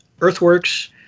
Earthworks